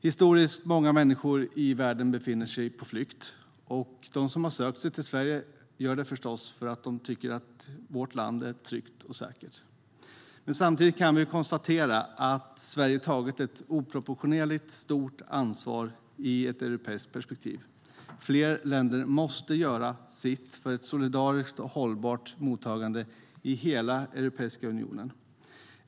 Historiskt många människor i världen befinner sig på flykt. De som söker sig till Sverige gör det förstås för att man tycker att vårt land är tryggt och säkert. Samtidigt kan vi konstatera att Sverige har tagit ett oproportionerligt stort ansvar i ett europeiskt perspektiv. Fler länder måste göra sitt för ett solidariskt och hållbart mottagande i hela Europeiska unionen.